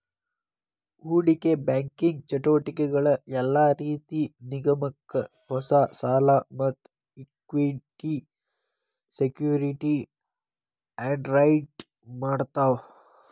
ಹೂಡಿಕಿ ಬ್ಯಾಂಕಿಂಗ್ ಚಟುವಟಿಕಿಗಳ ಯೆಲ್ಲಾ ರೇತಿ ನಿಗಮಕ್ಕ ಹೊಸಾ ಸಾಲಾ ಮತ್ತ ಇಕ್ವಿಟಿ ಸೆಕ್ಯುರಿಟಿ ಅಂಡರ್ರೈಟ್ ಮಾಡ್ತಾವ